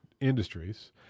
industries